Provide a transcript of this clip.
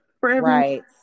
Right